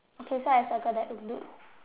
okay so I circle that in blue